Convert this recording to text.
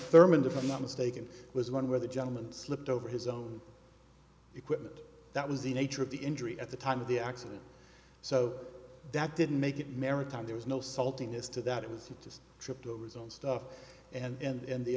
thurmont if i'm not mistaken was one where the gentleman slipped over his own equipment that was the nature of the injury at the time of the accident so that didn't make it maritime there was no saltiness to that it was just tripped over his own stuff and